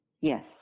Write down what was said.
Yes